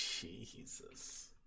Jesus